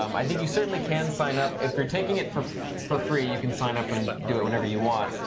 um i think you certainly can sign up. if you're taking it for for free, you can sign up and do it whenever you want.